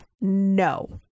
no